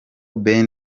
ben